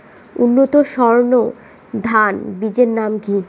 উন্নত সর্ন ধান বীজের নাম কি?